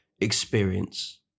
experience